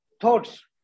thoughts